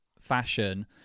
fashion